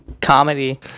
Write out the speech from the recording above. Comedy